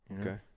okay